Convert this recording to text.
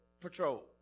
patrol